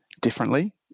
differently